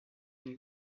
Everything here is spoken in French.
une